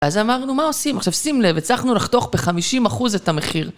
אז אמרנו, מה עושים? עכשיו שים לב, הצלחנו לחתוך בחמישים אחוז את המחיר.